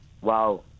wow